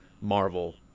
Marvel